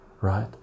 right